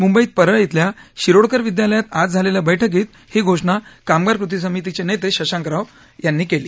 मुंबईत परळ बेल्या शिरोडकर विद्यालयात आज झालेल्या बर्क्कीत ही घोषणा कामगार कृती समितीचे नेते शंशाक राव यांनी केली